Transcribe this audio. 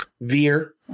veer